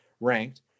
ranked